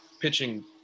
pitching